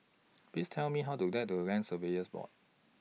Please Tell Me How to get to Land Surveyors Board